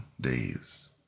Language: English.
days